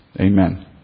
Amen